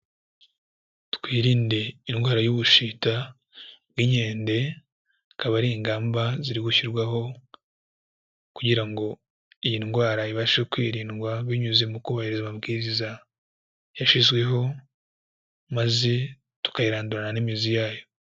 Twirinde indwara y'ubushita bw'inkende, zikaba ari ingamba ziri gushyirwaho kugira ngo iyi ndwara ibashe kwirindwa binyuze mu kubahiriza amabwiriza yashyizweho, maze tukayirandurana n'imizi yayo.